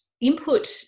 input